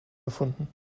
gefunden